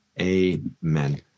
Amen